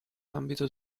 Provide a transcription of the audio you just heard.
ambito